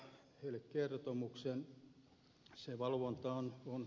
poliisit antavat heille kertomuksen